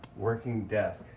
working desk.